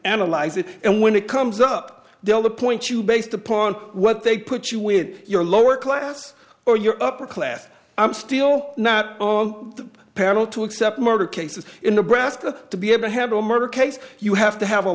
analyze it and when it comes up they'll the point you based upon what they put you with your lower class or your upper class i'm still not on the panel to accept murder cases in the breast of to be able to have a murder case you have to have a